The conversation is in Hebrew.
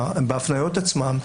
בהפניות עצמן,